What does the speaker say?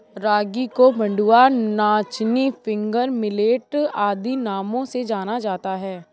रागी को मंडुआ नाचनी फिंगर मिलेट आदि नामों से जाना जाता है